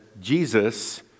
Jesus